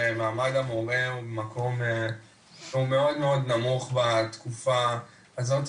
שמעמד המורה הוא מאוד מאוד נמוך בתקופה הזאת,